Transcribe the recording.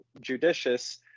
judicious